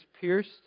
pierced